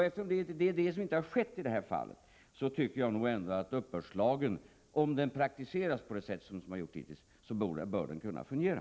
Eftersom det är inbetalning av skatt som inte skett i detta fall tycker jag att uppbördslagen — om den praktiseras på samma sätt som hittills — bör kunna fungera.